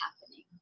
happening